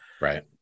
Right